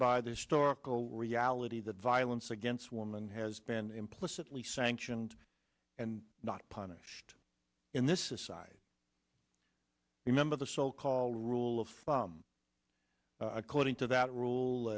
by the stark reality that violence against women has been implicitly sanctioned and not punished in this society remember the so called rule of thumb according to that rule